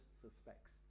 suspects